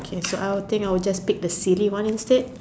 okay so I'll think I'll just pick the silly one instead